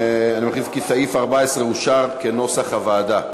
אני מכריז כי סעיף 14 אושר כנוסח הוועדה.